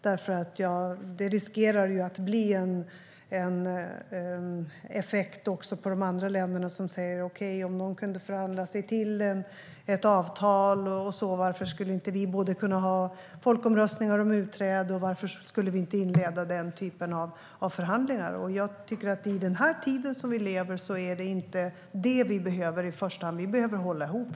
Det riskerar att få en effekt också på de andra länderna där de kan säga att om britterna kan förhandla sig till ett avtal varför skulle inte de andra länderna ha både folkomröstningar om utträde eller inleda den typen av förhandlingar? I den tid vi lever nu är det inte denna typ av problem vi behöver i första hand.